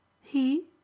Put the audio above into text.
He